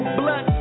blood